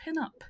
pinup